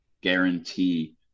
guarantee